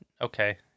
Okay